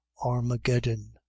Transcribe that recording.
armageddon